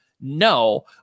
No